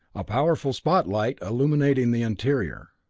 a powerful spotlight illuminating the interior.